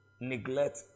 neglect